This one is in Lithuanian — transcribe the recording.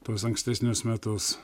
tuos ankstesnius metus